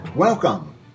Welcome